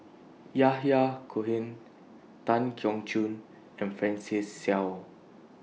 Yahya Cohen Tan Keong Choon and Francis Seow